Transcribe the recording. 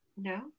No